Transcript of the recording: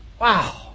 wow